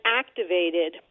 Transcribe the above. activated